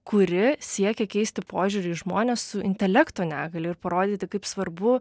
kuri siekia keisti požiūrį į žmones su intelekto negalia ir parodyti kaip svarbu